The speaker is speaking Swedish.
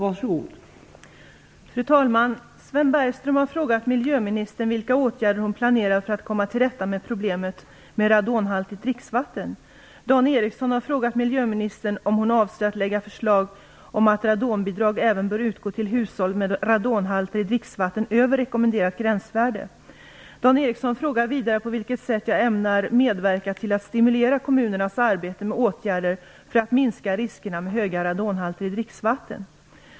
Fru talman! Sven Bergström har frågat miljöministern vilka åtgärder hon planerar för att komma till rätta med problemet med radonhaltigt dricksvatten. Dan Ericsson har frågat miljöministern om hon avser att lägga fram förslag om att radonbidrag även bör utgå till hushåll med radonhalter i dricksvattnet över rekommenderat gränsvärde. Dan Ericsson frågar vidare på vilket sätt jag ämnar medverka till att stimulera kommunernas arbete med åtgärder för att minska riskerna med höga radonhalter i dricksvatten.